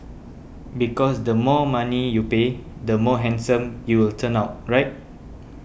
because the more money you pay the more handsome you will turn out right